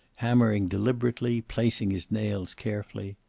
hammering deliberately, placing his nails carefully.